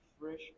fresh